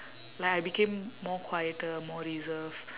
like I became more quieter more reserve